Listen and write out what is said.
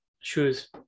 shoes